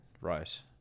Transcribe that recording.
rice